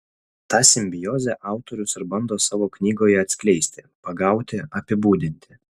tą simbiozę autorius ir bando savo knygoje atskleisti pagauti apibūdinti